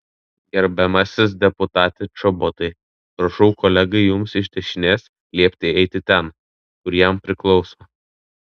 gerbiamasis deputate čobotai prašau kolegai jums iš dešinės liepti eiti ten kur jam priklauso